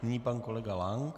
Nyní pan kolega Lank.